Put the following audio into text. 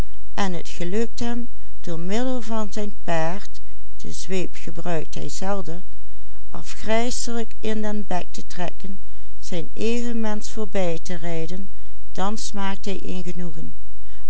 afgrijselijk in den bek te trekken zijn evenmensch voorbij te rijden dan smaakt hij een genoegen